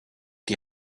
die